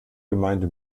gemeinde